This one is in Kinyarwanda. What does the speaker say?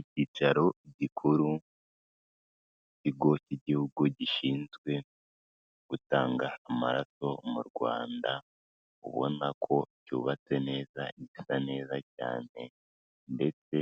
Icyicaro gikuru cy'Ikigo cy'Igihugu Gishinzwe Gutanga Amaraso mu Rwanda, ubona ko cyubatse neza, gisa neza cyane ndetse